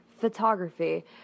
Photography